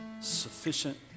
sufficient